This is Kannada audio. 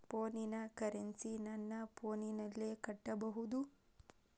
ಫೋನಿನ ಕರೆನ್ಸಿ ನನ್ನ ಫೋನಿನಲ್ಲೇ ಕಟ್ಟಬಹುದು?